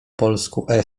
polsku